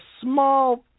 small